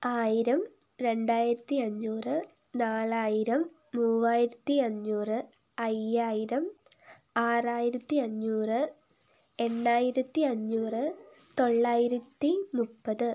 ആയിരം രണ്ടായിരത്തി അഞ്ഞൂറ് നാലായിരം മൂവായിരത്തി അഞ്ഞൂറ് അയ്യായിരം ആറായിരത്തി അഞ്ഞൂറ് എണ്ണായിരത്തി അഞ്ഞൂറ് തൊള്ളായിരത്തി മുപ്പത്